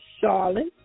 Charlotte